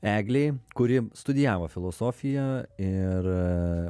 eglei kuri studijavo filosofiją ir